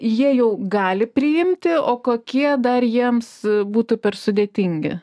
jie jau gali priimti o kokie dar jiems būtų per sudėtingi